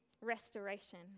Restoration